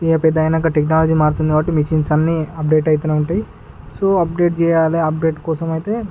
ఇక పెద్ద అయినాక టెక్నాలజీ మారుతుంది కాబట్టి మిషిన్స్ అన్ని అప్డేట్ అయితు ఉంటాయి సో అప్డేట్ చేయాలి అప్డేట్ కోసం అయితే